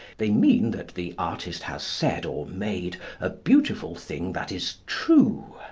they mean that the artist has said or made a beautiful thing that is true.